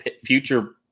future